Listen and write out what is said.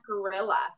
Gorilla